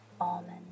almond